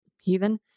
heathen